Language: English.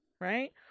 right